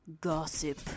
gossip